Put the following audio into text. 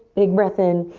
big breath in.